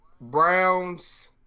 Browns